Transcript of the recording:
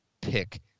pick